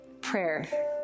prayer